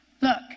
Look